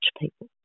people